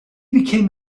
became